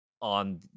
on